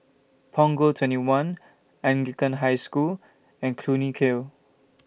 Punggol twenty one Anglican High School and Clunny Hill